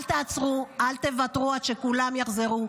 אל תעצרו, אל תוותרו עד שכולם יחזרו.